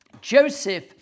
Joseph